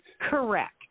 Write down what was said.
Correct